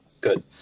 Good